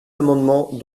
amendements